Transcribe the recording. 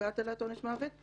נהוגה הטלת עונש מוות,